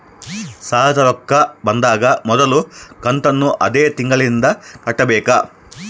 ಸಾಲದ ರೊಕ್ಕ ಬಂದಾಗ ಮೊದಲ ಕಂತನ್ನು ಅದೇ ತಿಂಗಳಿಂದ ಕಟ್ಟಬೇಕಾ?